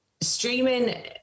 streaming